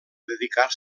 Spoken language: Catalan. dedicar